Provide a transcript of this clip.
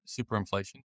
superinflation